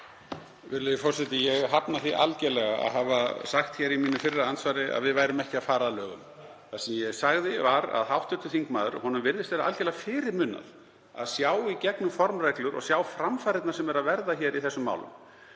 forseti. Ég hafna því algerlega að hafa sagt hér í fyrra andsvari mínu að við værum ekki að fara að lögum. Það sem ég sagði var að hv. þingmanni virðist vera algerlega fyrirmunað að sjá í gegnum formreglur og sjá framfarirnar sem eru að verða í þessum málum.